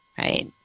Right